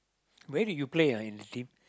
where did you play ah in the team